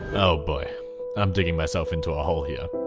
oh boy i'm digging myself into a hole here.